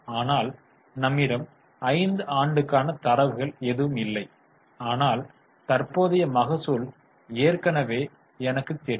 ஆனால் நம்மிடம் 5 ஆண்டுக்கான தரவுகள் எதுவும் இல்லை ஆனால் தற்போதைய மகசூல் ஏற்கனவே எனக்கு தெரியும்